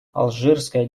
алжирская